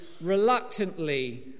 reluctantly